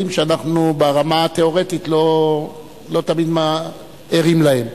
שאנחנו ברמה התיאורטית לא תמיד ערים להם.